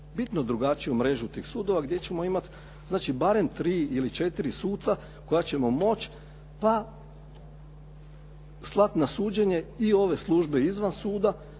bitno drugačiju mrežu tih sudova gdje ćemo imati, znači barem 3 ili 4 suca koja ćemo moći, pa slat na suđenje i ove službe izvan suda,